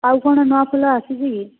ଆଉ କଣ ନୂଆ ଫୁଲ ଆସିଛି କି